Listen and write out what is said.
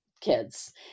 kids